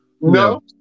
no